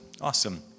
Awesome